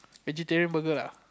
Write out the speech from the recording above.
vegetarian burger ah